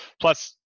plus